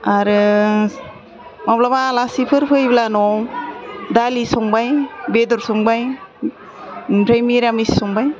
आरो माब्लाबा आलासिफोर फैब्ला न'वाव दालि संबाय बेदर संबाय ओमफ्राय मिरामिस संबाय